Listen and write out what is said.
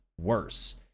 worse